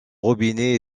robinet